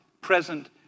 present